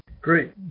Great